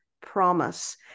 promise